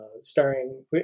starring